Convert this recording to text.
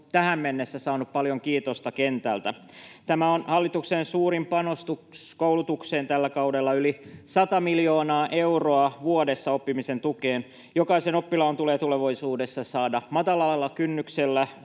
tähän mennessä saanut paljon kiitosta kentältä. Tämä on hallituksen suurin panostus koulutukseen tällä kaudella, yli 100 miljoonaa euroa vuodessa oppimisen tukeen. Jokaisen oppilaan tulee tulevaisuudessa saada matalalla kynnyksellä